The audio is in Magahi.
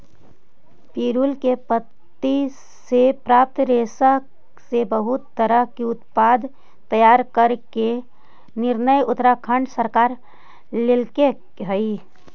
पिरुल के पत्ति से प्राप्त रेशा से बहुत तरह के उत्पाद तैयार करे के निर्णय उत्तराखण्ड सरकार लेल्के हई